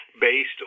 based